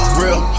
real